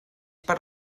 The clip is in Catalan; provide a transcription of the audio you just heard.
per